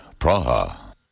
Praha